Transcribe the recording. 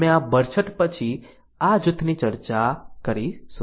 અમે આ બરછટ પછી આ જૂથની ચર્ચા કરીશું